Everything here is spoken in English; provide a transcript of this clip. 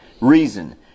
reason